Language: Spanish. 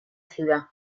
ciudad